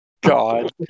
God